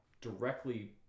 directly